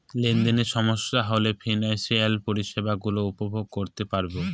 লেনদেনে সমস্যা হলে ফিনান্সিয়াল পরিষেবা গুলো উপভোগ করতে পারবো